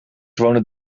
wonen